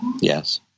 Yes